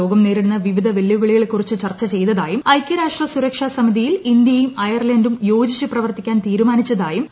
ലോകം നേരിടുന്ന വിവിധ വെല്ലുവിളികളെകുറിച്ച് ചർച്ച ചെയ്തതായും ഐക്യരാഷ്ട്ര സുരക്ഷാ സമിതിയിൽ ഇന്ത്യയും അയർലൻഡും യോജിച്ചു പ്രവർത്തിക്കാൻ തീരുമാനിച്ചതായും ശ്രീ